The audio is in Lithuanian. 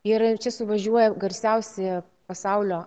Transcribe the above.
ir čia suvažiuoja garsiausi pasaulio